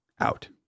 out